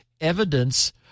evidence